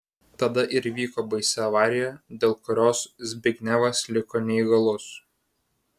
tada ir įvyko baisi avarija dėl kurios zbignevas liko neįgalus